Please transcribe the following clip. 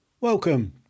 Welcome